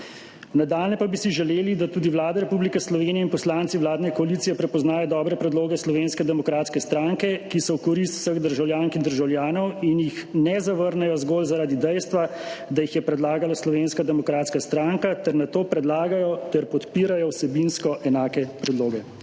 nadaljnje pa bi si želeli, da tudi Vlada Republike Slovenije in poslanci vladne koalicije prepoznajo dobre predloge Slovenske demokratske stranke, ki so v korist vseh državljank in državljanov, in jih ne zavrnejo zgolj zaradi dejstva, da jih je predlagala Slovenska demokratska stranka, ter nato predlagajo in podpirajo vsebinsko enake predloge.